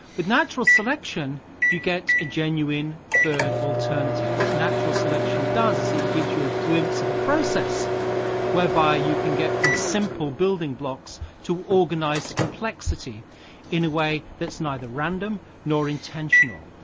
with natural selection you get a genuine third alternative. what natural selection does is it gives you a glimpse of a process whereby you can get from simple building blocks to organised complexity in a way that's neither random nor intentional.